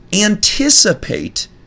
Anticipate